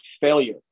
failure